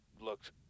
looked